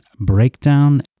Breakdown